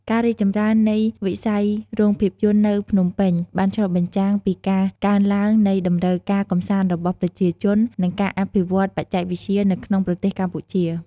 ការរីកចម្រើននៃវិស័យរោងភាពយន្តនៅភ្នំពេញបានឆ្លុះបញ្ចាំងពីការកើនឡើងនៃតម្រូវការកម្សាន្តរបស់ប្រជាជន និងការអភិវឌ្ឍន៍បច្ចេកវិទ្យានៅក្នុងប្រទេសកម្ពុជា។